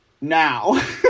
Now